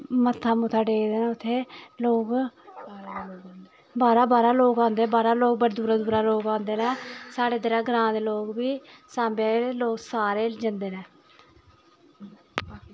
मत्था मुत्था टेकदे नै उत्थे लोग बाह्रा बाह्रा लोग औंदे न बाह्रा लोग बड़ी दूरा दूरा लोग औंदे न साढ़े इद्धरा ग्रांऽ दे लोग बी सांबे दे लोग सारे जंदे न